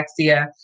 dyslexia